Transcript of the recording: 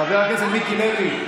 חבר הכנסת מיקי לוי.